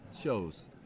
shows